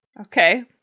Okay